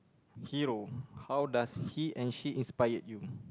hero how does he and she inspired you